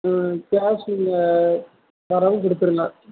ம் கேஷ் நீங்கள் வரப்போ கொடுத்துடுங்க